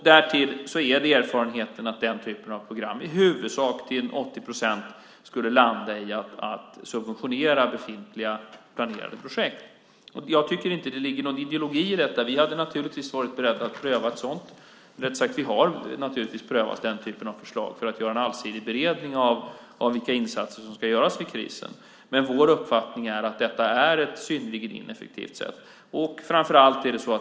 Dessutom är erfarenheten att den typen av program i huvudsak, till ca 80 procent, skulle landa i att subventionera befintliga, planerade projekt. Jag tycker inte att det ligger någon ideologi i detta. Vi har naturligtvis prövat den typen av förslag för att göra en allsidig beredning av vilka insatser som ska göras i krisen, men det är vår uppfattning att detta är ett synnerligen ineffektivt sätt.